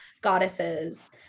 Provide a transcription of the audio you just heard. goddesses